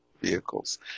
vehicles